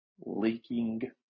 Leaking